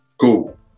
cool